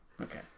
Okay